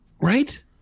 Right